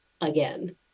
again